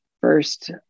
first